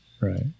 Right